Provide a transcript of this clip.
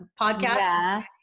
podcast